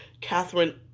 Catherine